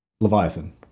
Leviathan